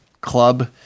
club